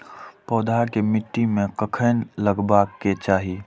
पौधा के मिट्टी में कखेन लगबाके चाहि?